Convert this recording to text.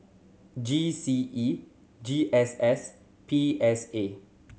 G C E G S S P S A